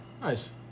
nice